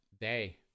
day